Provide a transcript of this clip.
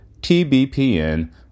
TBPN